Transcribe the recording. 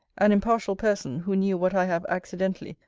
an impartial person, who knew what i have accidentally,